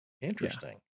interesting